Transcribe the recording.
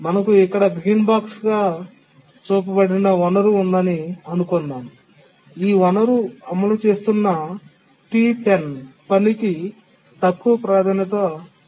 మనకు ఇక్కడ గ్రీన్ బాక్స్గా చూపబడిన వనరు ఉందని అనుకుందాం ఈ వనరు అమలు చేస్తున్న T10 పనికి తక్కువ ప్రాధాన్యత ఉంది